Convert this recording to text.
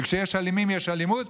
וכשיש אלימים, יש אלימות.